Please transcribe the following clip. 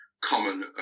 common